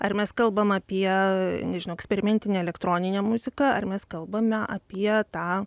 ar mes kalbam apie nežinau eksperimentinę elektroninę muziką ar mes kalbame apie tą